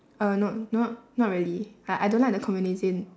uh no not not really I I don't like the communism